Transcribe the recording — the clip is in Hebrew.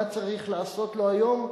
מה צריך לעשות לו היום?